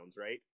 right